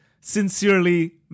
Sincerely